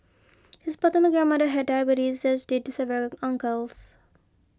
his paternal grandmother had diabetes as did several uncles